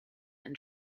and